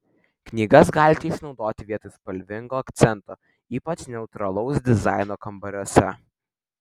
knygas galite išnaudoti vietoj spalvingo akcento ypač neutralaus dizaino kambariuose